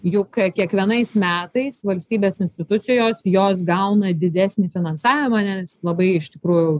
juk kiekvienais metais valstybės institucijos jos gauna didesnį finansavimą nes labai iš tikrųjų